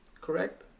Correct